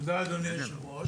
תודה, אדוני יושב-הראש.